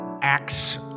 Acts